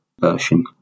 version